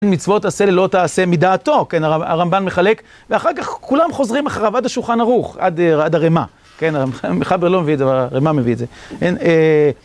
מצוות עשה ללא תעשה מדעתו, כן? הרמב"ן מחלק, ואחר כך כולם חוזרים אחריו עד ה"שולחן ערוך" עד הרמ"א, כן? המחבר לא מביא את זה, הרמ"א מביא את זה